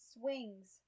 Swings